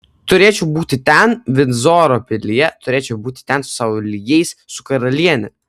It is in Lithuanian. turėčiau būti ten vindzoro pilyje turėčiau būti ten su sau lygiais su karaliene